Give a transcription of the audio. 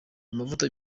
amavuta